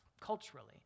culturally